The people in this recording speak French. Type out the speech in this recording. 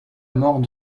mort